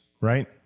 right